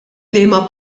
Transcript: liema